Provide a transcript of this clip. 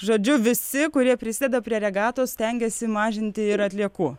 žodžiu visi kurie prisideda prie regatos stengiasi mažinti ir atliekų